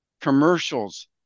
Commercials